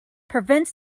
prevents